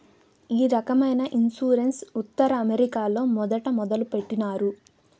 ఈ రకమైన ఇన్సూరెన్స్ ఉత్తర అమెరికాలో మొదట మొదలుపెట్టినారు